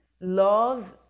Love